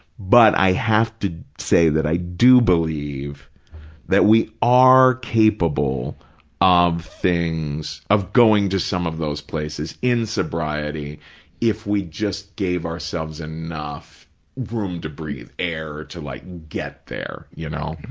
but i have to say that i do believe that we are capable of things, of going to some of those places in sobriety if we just gave ourselves enough room to breathe, air to like get there, you know.